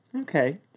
Okay